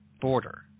border